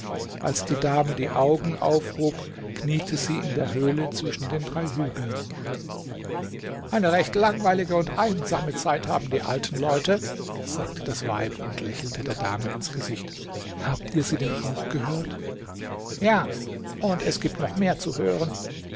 als die dame die augen aufhob kniete sie in der höhle zwischen den drei hügeln eine recht langweilige und einsame zeit haben die alten leute sagte das weib und lächelte der dame ins gesicht habt ihr sie denn auch gehört ja und es gibt noch mehr zu hören